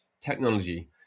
technology